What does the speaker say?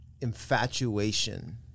infatuation